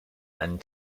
and